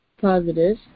positive